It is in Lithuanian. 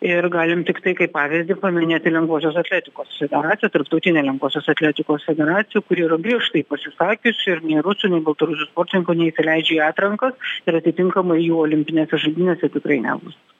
ir galim tiktai kaip pavyzdį paminėti lengvosios atletikos situaciją tarptautinę lengvosios atletikos federaciją kuri yra griežtai pasisakiusi ir nei rusų nei baltarusių sportininkų neįsileidžia į atrankas ir atitinkamai jų olimpinėse žaidynėse tikrai nebus